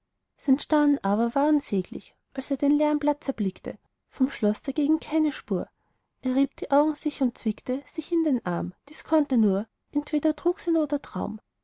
sein staunen aber war unsäglich als er den leeren platz erblickte vom schloß dagegen keine spur er rieb die augen sich er zwickte sich in den arm dies konnte nur entweder trug sein oder traum